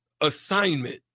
assignment